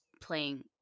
playing